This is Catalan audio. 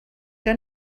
que